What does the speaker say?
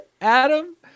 Adam